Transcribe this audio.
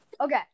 Okay